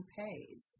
pays